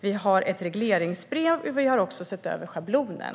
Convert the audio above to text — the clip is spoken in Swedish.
Vi har även skrivit ett regleringsbrev och har sett över schablonen.